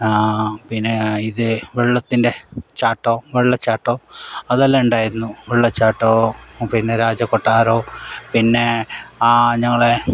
പിന്നെ ഇതു വെള്ളത്തിൻ്റെ ചാട്ടവും വെള്ളച്ചാട്ടവും അതെല്ലാം ഉണ്ടായിരുന്നു വെള്ളച്ചാട്ടവും പിന്നെ രാജകൊട്ടാരവും പിന്നെ ആ ഞങ്ങൾ